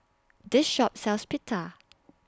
This Shop sells Pita